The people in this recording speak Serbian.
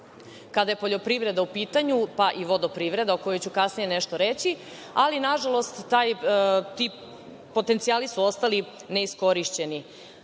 kada je poljoprivreda u pitanju, pa i vodoprivreda, o kojoj ću kasnije nešto reći, ali nažalost, ti potencijali su ostali neiskorišćeni. Upravo